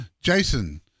Jason